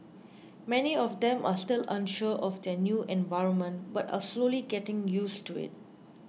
many of them are still unsure of their new environment but are slowly getting used to it